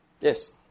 Yes